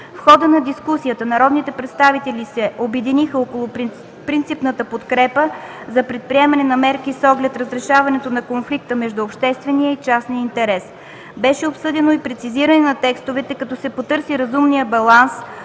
В хода на дискусията народните представители се обединиха около принципната подкрепа за предприемане на мерки с оглед разрешаването на конфликта между обществения и частния интерес. Беше обсъдено и прецизиране на текстовете, като се потърси разумния баланс,